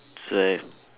so I